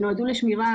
שנועדו לשמירה